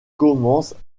commencent